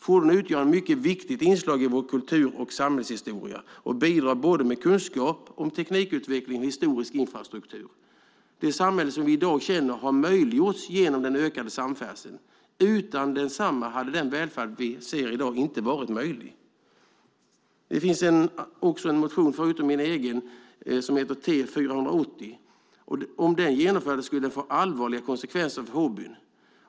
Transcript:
Fordonen utgör ett mycket viktigt inslag i vår kultur och samhällshistoria och bidrar med både kunskap om teknikutveckling och historisk infrastruktur. Det samhälle som vi i dag känner har möjliggjorts genom den ökade samfärdseln. Utan densamma hade den välfärd vi ser i dag inte varit möjlig. Det finns förutom min egen motion en motion som heter T480. Om den genomfördes skulle det få allvarliga konsekvenser för hobbyn.